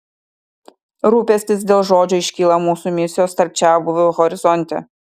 rūpestis dėl žodžio iškyla mūsų misijos tarp čiabuvių horizonte